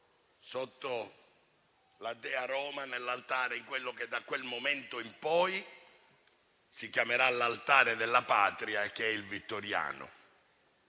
sotto la dea Roma, in quello che da quel momento in poi si chiamerà l'Altare della Patria, che è il Vittoriano.